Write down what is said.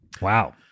Wow